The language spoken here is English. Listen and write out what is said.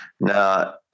Now